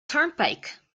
turnpike